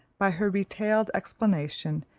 by her retailed explanation,